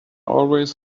always